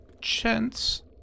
chance